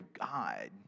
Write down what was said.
God